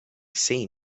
seen